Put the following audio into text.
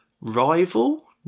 rival